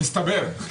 מסתבר.